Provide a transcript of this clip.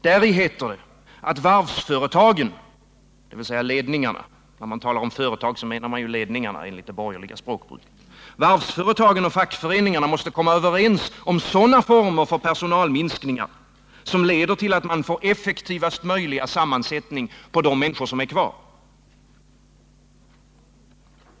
Däri heter det, att varvsföretagen — dvs. ledningarna; om man talar om företag menar man ledningar enligt det borgerliga språkbruket — och fackföreningarna måste komma överens om sådana former för personalminskningar som leder till att man får effektivaste möjliga sammansättning på de människor som är kvar.